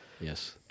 Yes